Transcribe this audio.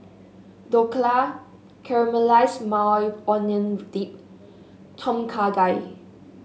Dhokla Caramelized Maui Onion Dip Tom Kha Gai